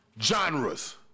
genres